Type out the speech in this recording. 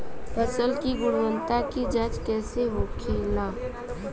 फसल की गुणवत्ता की जांच कैसे होखेला?